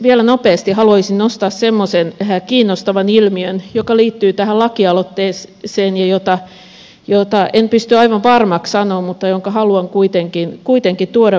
vielä nopeasti haluaisin nostaa semmoisen kiinnostavan ilmiön joka liittyy tähän lakialoitteeseen ja jota en pysty aivan varmaksi sanomaan mutta jonka haluan kuitenkin tuoda vielä esiin